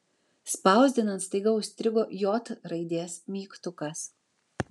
spausdinant staiga užstrigo j raidės mygtukas